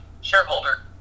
shareholder